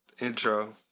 Intro